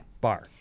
bar